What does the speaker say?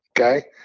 okay